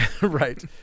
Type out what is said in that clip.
Right